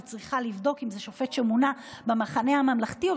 אני צריכה לבדוק אם זה שופט שמונה במחנה הממלכתי או